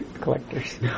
collectors